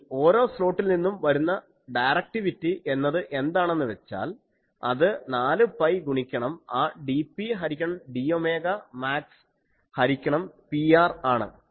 ഇനി ഓരോ സ്ലോട്ടിൽ നിന്നും വരുന്ന ഡയറക്റ്റിവിറ്റി എന്നത് എന്താണെന്ന് വെച്ചാൽ അത് 4 പൈ ഗുണിക്കണം ആ dP ഹരിക്കണം d ഒമേഗാ മാക്സ് ഹരിക്കണം Pr ആണ്